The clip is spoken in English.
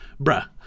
bruh